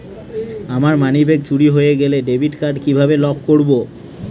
আমার মানিব্যাগ চুরি হয়ে গেলে ডেবিট কার্ড কিভাবে লক করব?